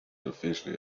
officially